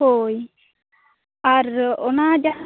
ᱦᱚᱭ ᱟᱨ ᱚᱱᱟ ᱡᱟᱦᱟᱸ